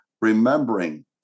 remembering